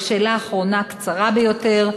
ושאלה אחרונה, קצרה ביותר,